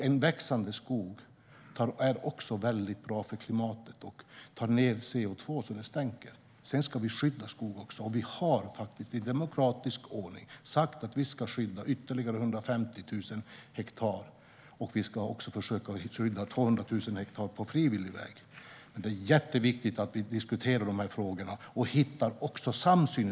En växande skog är också väldigt bra för klimatet och tar ned CO2 så att det stänker om det. Vi ska också skydda skog. Och vi har, i demokratisk ordning, sagt att vi ska skydda ytterligare 150 000 hektar. Vi ska också försöka skydda 200 000 hektar på frivillig väg. Det är jätteviktigt att vi diskuterar de här frågorna och hittar samsyn.